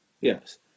yes